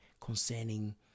concerning